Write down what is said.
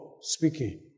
Speaking